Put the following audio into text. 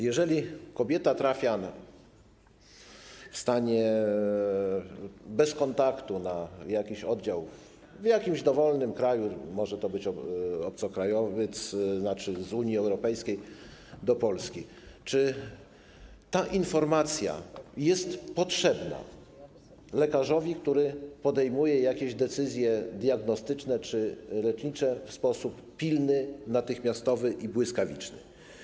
Jeżeli kobieta trafia w stanie bez kontaktu na jakiś oddział w dowolnym kraju, może to być obcokrajowiec z Unii Europejskiej w Polsce, czy ta informacja jest potrzebna lekarzowi, który podejmuje decyzje diagnostyczne czy lecznicze w sposób pilny, natychmiastowy i błyskawiczny?